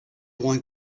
one